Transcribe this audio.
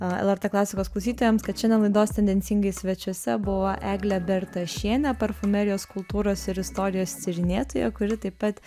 lrt klasikos klausytojams kad šiandien laidos tendencingai svečiuose buvo eglė bertašienė parfumerijos kultūros ir istorijos tyrinėtoja kuri taip pat